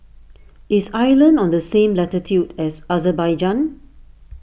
is Ireland on the same latitude as Azerbaijan